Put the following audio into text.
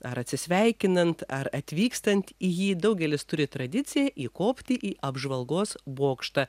ar atsisveikinant ar atvykstant į jį daugelis turi tradiciją įkopti į apžvalgos bokštą